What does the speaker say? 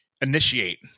initiate